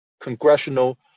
congressional